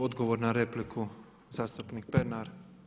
Odgovor na repliku, zastupnik Pernar.